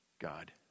God